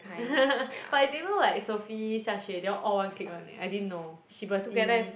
but I didn't know like Sophie Xia-Xue they all all one clique one eh I didn't know Shiberty